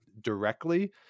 directly